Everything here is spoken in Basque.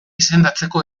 izendatzeko